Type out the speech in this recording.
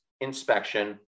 inspection